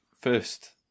First